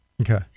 Okay